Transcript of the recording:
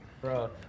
Bro